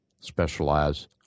specialize